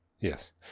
Yes